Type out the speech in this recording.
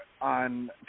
on